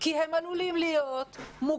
כי הם עלולים להיות מוגלים,